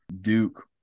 Duke